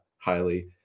highly